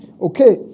Okay